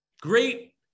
great